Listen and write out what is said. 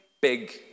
big